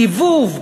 סיבוב,